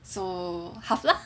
so Hvala